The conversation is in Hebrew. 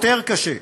יותר קשה,